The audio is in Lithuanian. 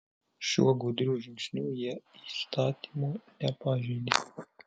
šiuo gudriu žingsniu jie įstatymo nepažeidė